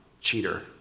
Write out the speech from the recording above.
cheater